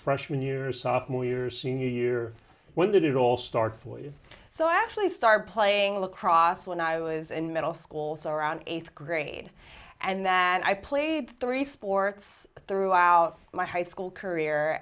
freshman year or sophomore year senior year when did it all start for you so i actually started playing lacrosse when i was in middle schools around eighth grade and that i played three sports throughout my high school career